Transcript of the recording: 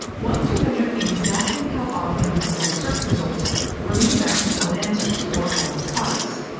wanted to measure exactly how often google search results were leading back to its own answers or own products,